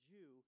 Jew